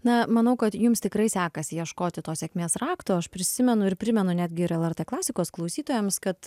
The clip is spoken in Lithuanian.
na manau kad jums tikrai sekasi ieškoti to sėkmės rakto aš prisimenu ir primenu netgi ir lrt klasikos klausytojams kad